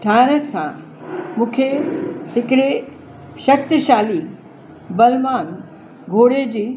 ठाहिण सां मूंखे हिकिड़े शक्तिशाली बलवान घोड़े जी